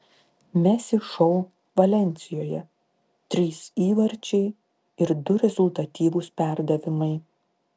messi šou valensijoje trys įvarčiai ir du rezultatyvūs perdavimai